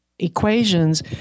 equations